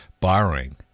borrowing